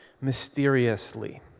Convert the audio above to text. mysteriously